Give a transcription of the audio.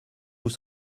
vous